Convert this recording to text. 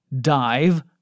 dive